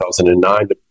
2009